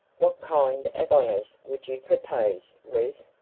what kind of honors would you propose, ruth?